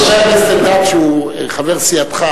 חבר הכנסת,